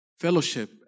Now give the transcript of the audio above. fellowship